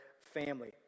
family